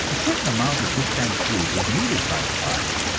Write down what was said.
a certain amount of this kind of food is needed by the body.